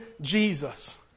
Jesus